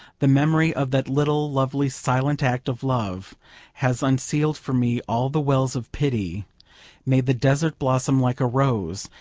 the memory of that little, lovely, silent act of love has unsealed for me all the wells of pity made the desert blossom like a rose,